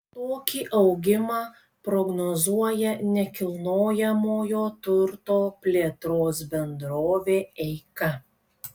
tokį augimą prognozuoja nekilnojamojo turto plėtros bendrovė eika